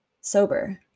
sober